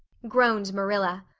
groaned marilla.